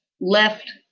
left